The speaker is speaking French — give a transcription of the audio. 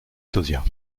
tauziat